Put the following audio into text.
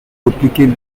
duplicate